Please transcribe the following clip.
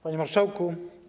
Panie Marszałku!